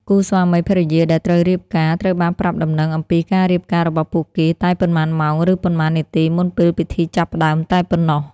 គូស្វាមីភរិយាដែលត្រូវរៀបការត្រូវបានប្រាប់ដំណឹងអំពីការរៀបការរបស់ពួកគេតែប៉ុន្មានម៉ោងឬប៉ុន្មាននាទីមុនពេលពិធីចាប់ផ្តើមតែប៉ុណ្ណោះ។